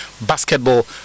basketball